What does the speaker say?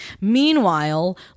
Meanwhile